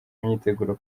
myiteguro